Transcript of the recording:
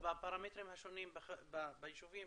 בפרמטרים השונים ביישובים,